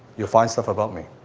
you'll find stuff about me.